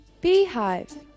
Beehive